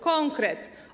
Konkret.